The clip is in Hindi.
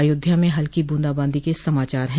अयोध्या में हल्की ब्रंदाबादी के समाचार है